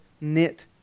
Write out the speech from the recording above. knit